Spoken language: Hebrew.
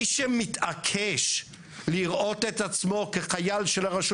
מי שמתעקש לראות את עצמו כחייל של הרשות